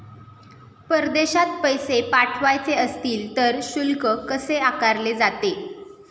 परदेशात पैसे पाठवायचे असतील तर शुल्क कसे आकारले जाते?